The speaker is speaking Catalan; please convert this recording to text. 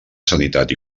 sanitat